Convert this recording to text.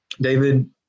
David